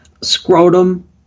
scrotum